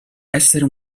essere